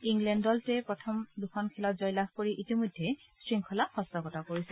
England দলটো প্ৰথম দুখন খেলত জয়লাভ কৰি ইতিমধ্যে শৃংখলা হস্তগত কৰিছে